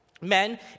Men